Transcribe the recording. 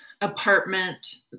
apartment